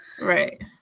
right